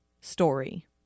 story